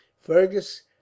Fergus